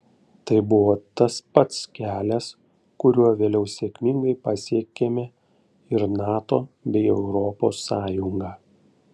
tai buvo tas pats kelias kuriuo vėliau sėkmingai pasiekėme ir nato bei europos sąjungą